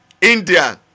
India